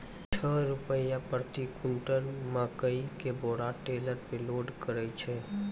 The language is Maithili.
छह रु प्रति क्विंटल मकई के बोरा टेलर पे लोड करे छैय?